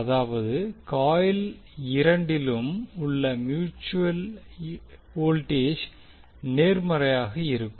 அதாவது காயில் இரண்டிலும் உள்ள மியூட்சுவல் வோல்டேஜ் நேர்மறையாக இருக்கும்